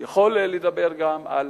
אני יכול לדבר גם על